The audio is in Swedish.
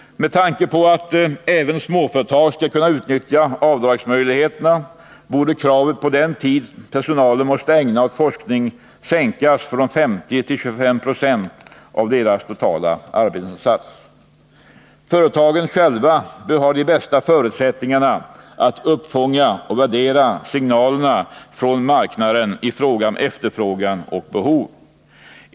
Med tanke på att även småföretag skall kunna utnyttja avdragsmöjligheterna borde kravet på den tid personalen måste ägna åt forskning sänkas från 50 till 25 96 av den totala arbetsinsatsen. Företagen själva bör ha de bästa förutsättningarna att uppfånga och värdera signaler från marknaden i fråga om efterfrågan och behov.